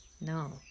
no